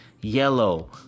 yellow